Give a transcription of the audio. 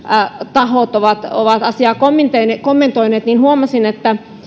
tahot ovat ovat asiaa kommentoineet huomasin että